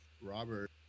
Robert